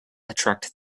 attract